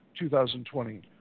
2020